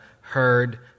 heard